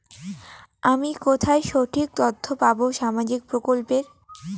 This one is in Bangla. আমি কোথায় সঠিক তথ্য পাবো সামাজিক প্রকল্পের?